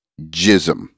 Jism